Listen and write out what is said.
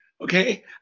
Okay